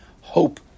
hope